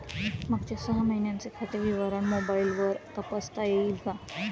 मागच्या सहा महिन्यांचे खाते विवरण मोबाइलवर तपासता येईल का?